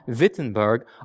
Wittenberg